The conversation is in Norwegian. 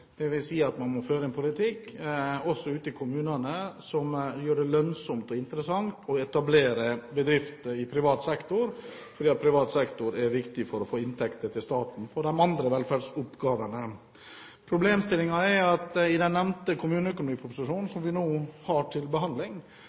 si at man må føre en politikk også ute i kommunene som gjør det lønnsomt og interessant å etablere bedrifter i privat sektor, for privat sektor er viktig for å få inntekter til staten til de andre velferdsoppgavene. Problemet er at i den nevnte kommuneproposisjonen, som vi nå har til behandling,